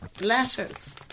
letters